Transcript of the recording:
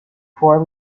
four